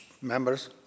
members